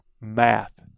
math